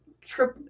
Trip